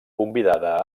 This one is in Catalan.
convidada